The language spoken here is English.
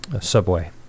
subway